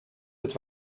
het